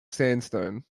sandstone